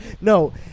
No